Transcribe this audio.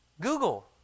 Google